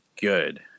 good